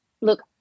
look